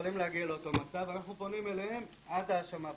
יכולים להגיע לאותו מצב ואנחנו פונים אליהם עד האשמה פלילית,